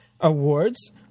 Awards